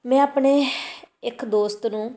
ਮੈਂ ਆਪਣੇ ਇੱਕ ਦੋਸਤ ਨੂੰ